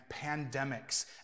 pandemics